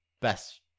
best